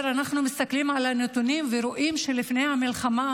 אנחנו מסתכלים על הנתונים ורואים שלפני המלחמה